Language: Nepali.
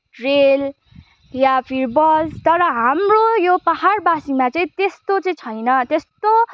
रेल या फिर बस तर हाम्रो यो पाहाडवासीमा चाहिँ त्यस्तो चाहिँ छैन त्यस्तो